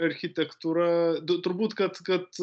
architektūra turbūt kad kad